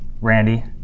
Randy